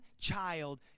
child